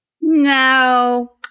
No